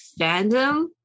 fandom